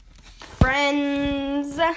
Friends